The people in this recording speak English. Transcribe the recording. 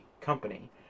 company